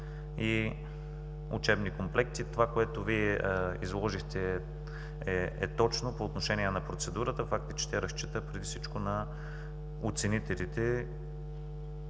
и учебни комплекти. Това, което Вие изложихте, е точно по отношение на процедурата. Факт е, че тя разчита преди всичко на оценителите,